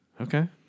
okay